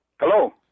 Hello